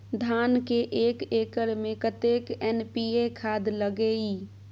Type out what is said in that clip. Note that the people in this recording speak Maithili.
धान के एक एकर में कतेक एन.पी.ए खाद लगे इ?